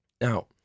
Now